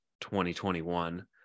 2021